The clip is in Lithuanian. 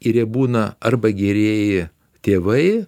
ir jie būna arba gerieji tėvai